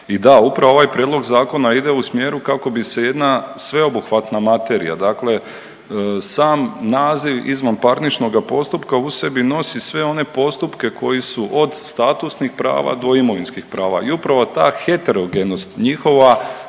I da upravo ovaj prijedlog zakona ide u smjeru kako bi se jedna sveobuhvatna materija, dakle sam naziv izvanparničnoga postupka u sebi nosi sve postupke koji su od statusnih prava do imovinskih prava i upravo ta heterogenost njihova